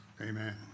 amen